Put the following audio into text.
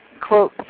quote